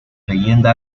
leyenda